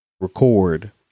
record